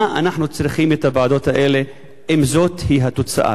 היא מה אנחנו צריכים את הוועדות אם זאת התוצאה.